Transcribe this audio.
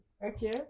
Okay